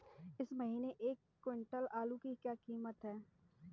इस महीने एक क्विंटल आलू की क्या कीमत है?